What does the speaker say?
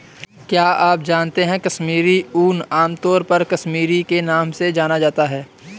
क्या आप जानते है कश्मीरी ऊन, आमतौर पर कश्मीरी के नाम से जाना जाता है?